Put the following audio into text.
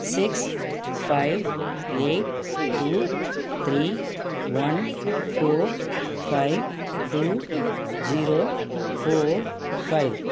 six five eight two three one four five two zero four five